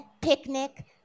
Picnic